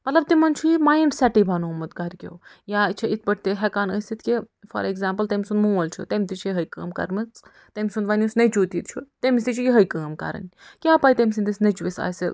مطلب تِمَن چھُ یہِ ماینٛڈ سیٚٹٕے بَنومُت گھرِکیٛو یا چھُ یِتھ پٲٹھۍ تہِ ہیٚکان ٲسِتھ کہِ فار ایٚگزامپٕل تٔمۍ سُنٛد مول چھُ تٔمۍ تہِ چھِ یِہٲے کٲم کٔرمٕژ تٔمۍ سُنٛد وۄنۍ یُس نیٚچیٛو تہِ چھُ تٔمِس تہِ چھِ یِہٲے کٲم کرٕنۍ کیٛاہ پَے تٔمۍ سٕندِس نیٚچوِس آسہِ